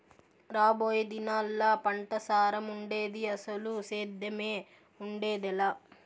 రాబోయే దినాల్లా పంటసారం ఉండేది, అసలు సేద్దెమే ఉండేదెలా